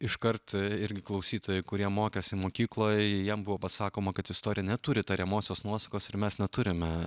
iškart irgi klausytojai kurie mokėsi mokykloje jiem buvo pasakoma kad istorija neturi tariamosios nuosakos ir mes neturime